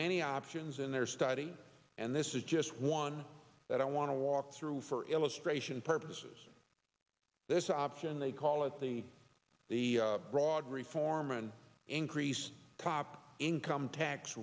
many options in their study and this is just one that i want to walk through for illustration purposes this option they call it the the broad reform and increase the top income tax